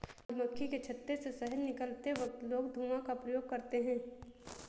मधुमक्खी के छत्ते से शहद निकलते वक्त लोग धुआं का प्रयोग करते हैं